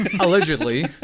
allegedly